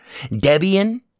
Debian